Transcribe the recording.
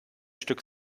stück